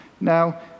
Now